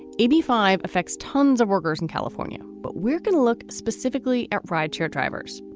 maybe five affects tons of workers in california but we're going to look specifically at ride share drivers.